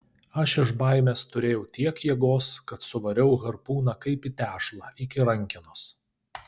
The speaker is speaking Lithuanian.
aš iš baimės turėjau tiek jėgos kad suvariau harpūną kaip į tešlą iki rankenos